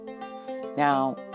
Now